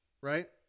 right